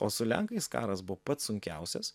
o su lenkais karas buvo pats sunkiausias